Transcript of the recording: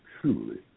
truly